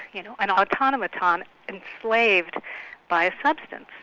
you know, an autonomoton enslaved by a substance.